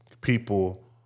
people